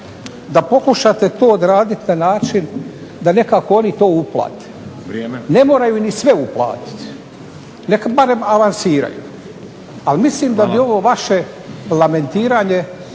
da pokušate to odraditi na način da nekako oni to uplate. Ne moraju ni sve uplatiti, nek barem avansiraju. Ali mislim da bi ovo vaše lamentiranje